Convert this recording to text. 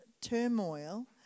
turmoil